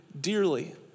dearly